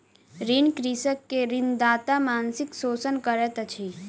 ऋणी कृषक के ऋणदाता मानसिक शोषण करैत अछि